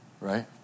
Right